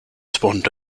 spawned